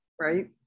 right